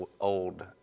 old